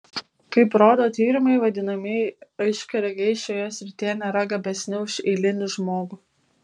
kaip rodo tyrimai vadinamieji aiškiaregiai šioje srityje nėra gabesni už eilinį žmogų